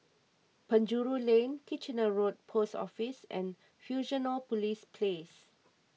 Penjuru Lane Kitchener Road Post Office and Fusionopolis Place